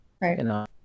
Right